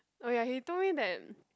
oh ya he told me that